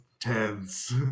tense